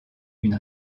une